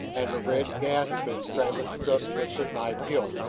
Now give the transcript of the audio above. and the red gasped as travis struck with the knife hilt.